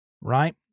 Right